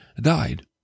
died